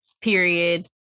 period